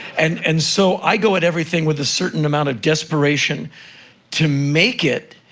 and and so, i go at everything with a certain amount of desperation to make it.